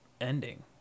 ending